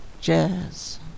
jazz